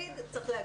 צריך להגיד.